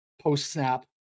post-snap